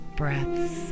breaths